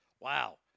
Wow